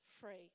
free